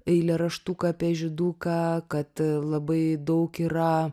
eilėraštuką apie žyduką kad labai daug yra